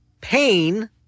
pain